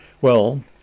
Well